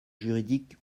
juridique